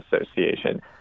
Association